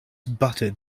buttered